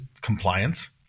compliance